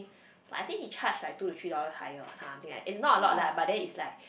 I think he charge like two to three dollar higher or something like is not a lot lah but then it's like